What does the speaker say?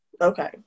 Okay